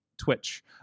Twitch